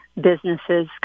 businesses